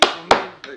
לא